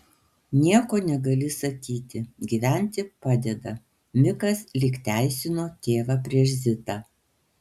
nieko negali sakyti gyventi padeda mikas lyg teisino tėvą prieš zitą